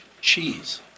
cheese